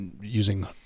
using